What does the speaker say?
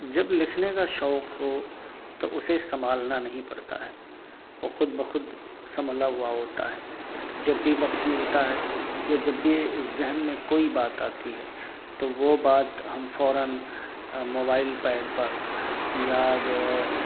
جب لکھنے کا شوق ہو تو اسے سنبھالنا نہیں پڑتا ہے وہ خود بخود سنبھلا ہوا ہوتا ہے جب بھی وقت ملتا ہے یا جب بھی ذہن میں کوئی بات آتی ہے تو وہ بات ہم فوراً موبائل پیڈ پر یا جو ہے